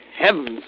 heavens